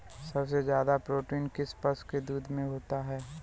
सबसे ज्यादा प्रोटीन किस पशु के दूध में होता है?